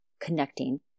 connecting